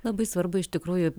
labai svarbu iš tikrųjų